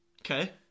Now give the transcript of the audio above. Okay